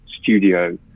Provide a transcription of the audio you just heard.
studio